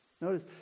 Notice